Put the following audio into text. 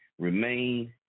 remain